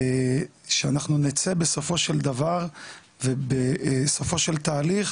שאנחנו נצא בסופו של דבר ובסופו של תהליך,